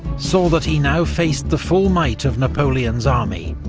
saw that he now faced the full might of napoleon's army,